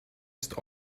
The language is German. ist